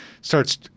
starts